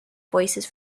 voices